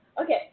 Okay